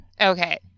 Okay